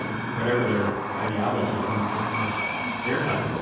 whatever their ideology, tend to get the most airtime.